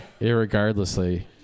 Irregardlessly